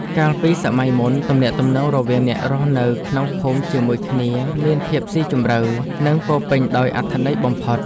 កាលពីសម័យមុន ទំនាក់ទំនងរវាងអ្នករស់នៅក្នុងភូមិជាមួយគ្នាមានភាពស៊ីជម្រៅ និងពោរពេញដោយអត្ថន័យបំផុត។